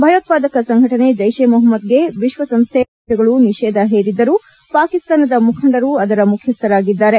ಭಯೋತ್ಪಾದಕ ಸಂಘಟನೆ ಜೈಷ್ ಎ ಮೊಹಮ್ಮದ್ಗೆ ವಿಶ್ವಸಂಸ್ಥೆ ಹಾಗೂ ಇತರ ದೇಶಗಳು ನಿಷೇಧ ಹೇರಿದ್ದರೂ ಪಾಕಿಸ್ತಾನದ ಮುಖಂಡರು ಅದರ ಮುಖ್ಯಸ್ಥರಾಗಿದ್ದಾರೆ